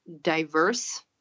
diverse